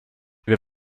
wir